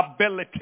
ability